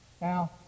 now